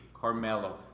Carmelo